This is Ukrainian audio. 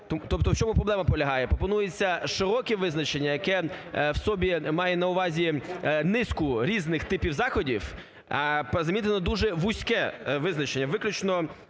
Тобто в чому проблема полягає? Пропонується широке визначення, яке в собі має на увазі низку різних типів заходів замінено дуже вузьке визначення виключно